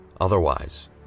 Otherwise